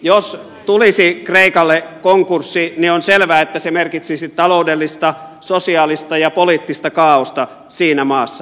jos tulisi kreikalle konkurssi niin on selvää että se merkitsisi taloudellista sosiaalista ja poliittista kaaosta siinä maassa